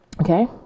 Okay